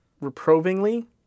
reprovingly